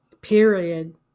period